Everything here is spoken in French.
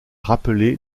rappelé